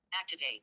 Activate